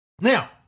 Now